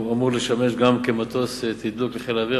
מטוס זה אמור לשמש גם כמטוס תדלוק לחיל האוויר,